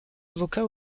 avocat